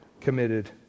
committed